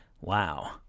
Wow